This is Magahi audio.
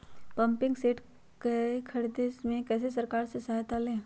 पम्पिंग सेट के ख़रीदे मे कैसे सरकार से सहायता ले?